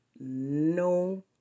no